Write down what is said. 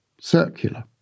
circular